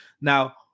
now